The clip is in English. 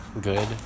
good